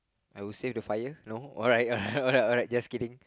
I would save the fire no alright alright alright alright just kidding